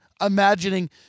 imagining